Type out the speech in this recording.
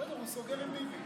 בסדר, הוא סוגר עם ביבי.